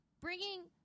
Bringing